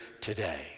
today